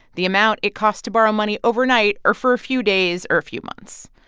the amount it cost to borrow money overnight or for a few days or a few months.